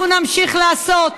אנחנו נמשיך לעשות,